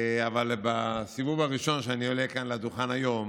אבל בסיבוב הראשון שאני עולה כאן לדוכן היום,